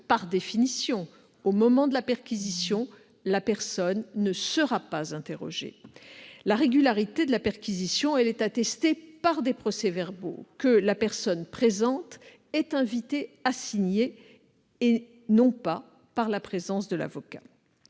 Par définition, au moment de la perquisition, la personne n'est pas interrogée. La régularité de la perquisition est attestée par des procès-verbaux que la personne présente est invitée à signer et non par la présence de l'avocat.